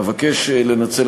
אבקש לנצל,